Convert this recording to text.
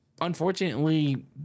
unfortunately